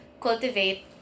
cultivate